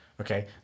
okay